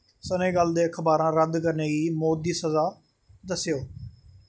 Senegal दे अखबारें रद्द करने गी मौत दी स'जा दस्सेओ